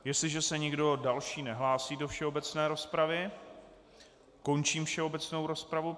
Jestliže se nikdo další nehlásí do všeobecné rozpravy, končím všeobecnou rozpravu.